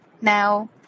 Now